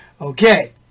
Okay